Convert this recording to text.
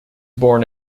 born